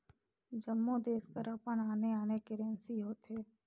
जम्मो देस कर अपन आने आने करेंसी होथे